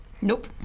Nope